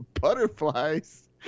butterflies